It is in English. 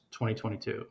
2022